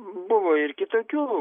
buvo ir kitokių